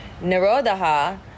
Narodaha